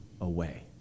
away